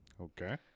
okay